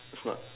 it's not